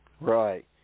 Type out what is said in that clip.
right